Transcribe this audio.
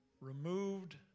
removed